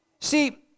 See